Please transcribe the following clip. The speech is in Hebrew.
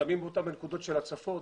שמים אותם בנקודות של הצפות,